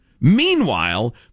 Meanwhile